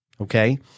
Okay